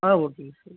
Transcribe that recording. ஆ ஓகேங்க சார்